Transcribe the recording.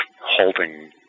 halting